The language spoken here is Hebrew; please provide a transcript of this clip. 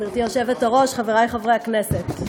גברתי היושבת-ראש, חברי חברי הכנסת,